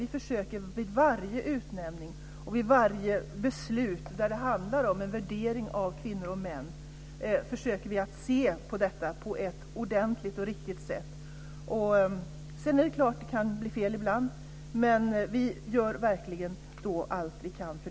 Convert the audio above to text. Vi försöker vid varje utnämning och beslut där det handlar om en värdering av kvinnor och män se det på ett ordentligt och riktigt sätt. Sedan kan det bli fel ibland. Men vi gör verkligen allt vi kan.